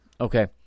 okay